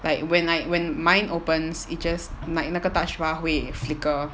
like when I when mine opens it just my 那个 touch bar 会 flicker